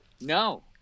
No